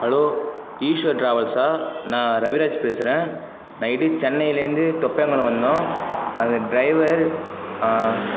hello Eswar ட்ராவல்ஸ்ஸா நான் ரவிராஜ் பேசுகிறேன் நைட்டு சென்னையிலேந்து தொப்பையாங்குளம் வந்தோம் அந்த ட்ரைவர்